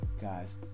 guys